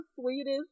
sweetest